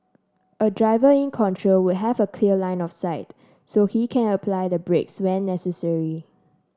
a driver in control would have a clear line of sight so he can apply the brakes when necessary